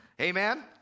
Amen